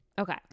Okay